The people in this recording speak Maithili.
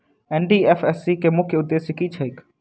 एन.डी.एफ.एस.सी केँ मुख्य उद्देश्य की छैक?